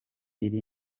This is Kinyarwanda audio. iri